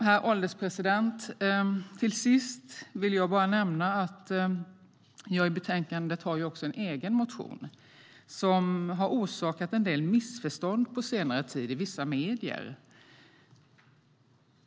Herr ålderspresident! Till sist vill jag nämna att jag i betänkandet också har en egen motion som på senare tid har orsakat en del missförstånd i vissa medier.